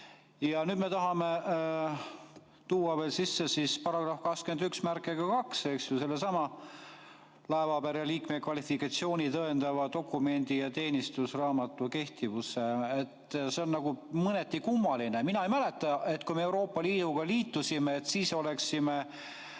Nüüd me tahame tuua veel sisse § 212, eks ju, sellesama laevapere liikme kvalifikatsiooni tõendava dokumendi ja teenistusraamatu kehtivuse. See on nagu mõneti kummaline. Mina ei mäleta, et kui me Euroopa Liiduga liitusime, et me siis oleksime